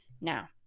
now